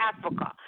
Africa